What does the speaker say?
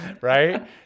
Right